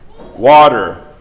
water